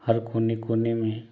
हर कोने कोने में